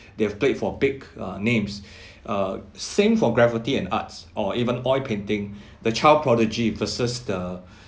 they've played for big uh names uh same for graffiti and arts or even oil painting the child prodigy versus the